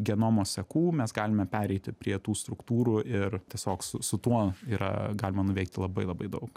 genomo sekų mes galime pereiti prie tų struktūrų ir tiesiog su su tuo yra galima nuveikti labai labai daug